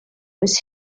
was